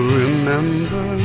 remember